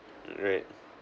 right